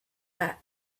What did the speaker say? are